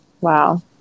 Wow